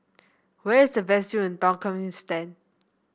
where is the best view in Turkmenistan